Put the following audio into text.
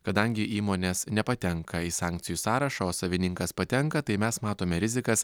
kadangi įmonės nepatenka į sankcijų sąrašą o savininkas patenka tai mes matome rizikas